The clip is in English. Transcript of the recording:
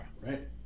Right